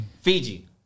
fiji